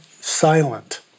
silent